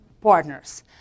partners